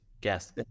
Guess